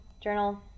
journal